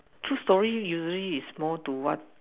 choose story usually it's more to what